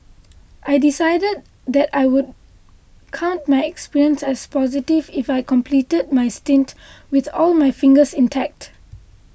I decided that I would count my experience as positive if I completed my stint with all my fingers intact